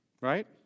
Right